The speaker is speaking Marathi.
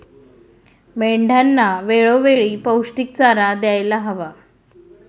मेंढ्यांना वेळोवेळी पौष्टिक चारा द्यायला हवा